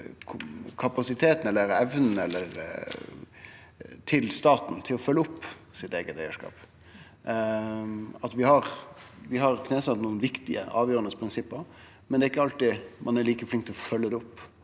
kapasiteten, eller evna, til staten til å følgje opp sitt eige eigarskap. Vi har knesett nokre viktige, avgjerande prinsipp, men ein er ikkje alltid like flink til å følgje det opp